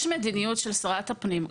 יש מדיניות של שרת הפנים.